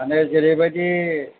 मानि जेरै बायदि